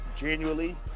genuinely